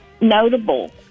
notable